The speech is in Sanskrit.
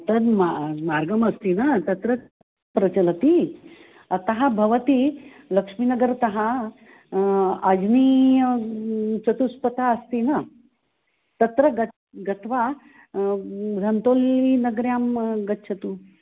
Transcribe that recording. तद् मा मार्गमस्ति वा तत्र प्रचलति अतः भवती लक्ष्मीनगरतः अज्नीयचतुष्पथः अस्ति न तत्र गत् गत्वा गन्तुं नगरे अहं गच्छतु